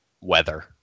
weather